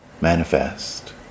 Manifest